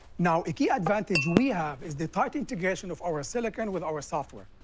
now, a key advantage we have is the tight integration of our silicon with our software.